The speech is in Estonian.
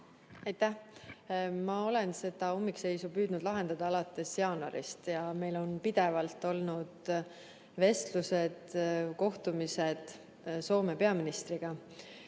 Aitäh! Ma olen seda ummikseisu püüdnud lahendada alates jaanuarist. Meil on pidevalt olnud vestlused ja kohtumised Soome peaministriga,